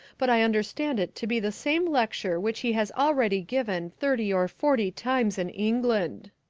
but i understand it to be the same lecture which he has already given thirty or forty times in england.